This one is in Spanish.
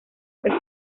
los